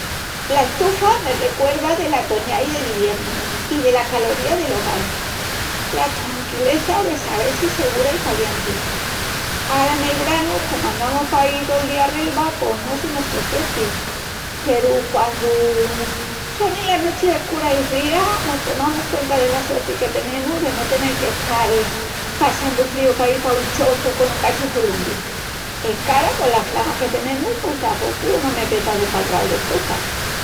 La estufa me recuerda dela toñá i del iviernu, i dela caloría del hogal. La tranquileza de sabel-si segura i calienti. Ara nel branu comu andamus paí tol día a relva pos no semus coscientis peru quandu sonin las nochis escuras i frías, mos tomamus cuenta dela suerti que tenemus de no tenel qu'estal passandu fríu paí pa un choçu con un cachuju lumbri. Enque ara cola flama que tenemus pos tapocu no me peta de palral más d'estufas.